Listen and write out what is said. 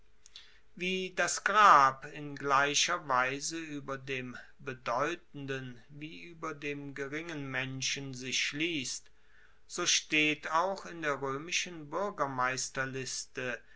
wie das grab in gleicher weise ueber dem bedeutenden wie ueber dem geringen menschen sich schliesst so steht auch in der roemischen